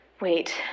Wait